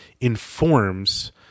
informs